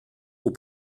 aux